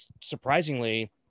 surprisingly